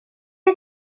que